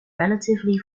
relatively